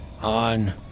on